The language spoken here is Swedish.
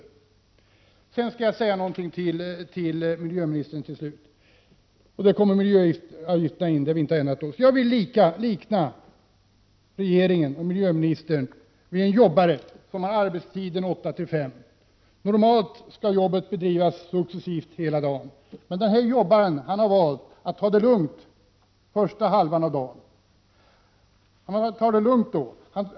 Till sist vill jag säga något till miljöministern beträffande miljöavgifterna, och om dem har vi inte ändrat uppfattning. Jag vill mot bakgrund av perioden 1982-1987 likna regeringen och miljöministern vid en ”jobbare” som har arbetstid mellan klockan åtta och fem. Normalt skall jobbet bedrivas successivt hela dagen. Men den här ”jobbaren” har valt att ta det lugnt under första halvan av dagen.